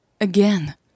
Again